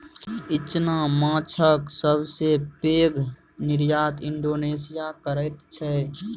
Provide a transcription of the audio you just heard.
इचना माछक सबसे पैघ निर्यात इंडोनेशिया करैत छै